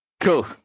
cool